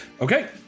okay